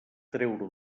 treure